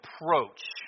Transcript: approach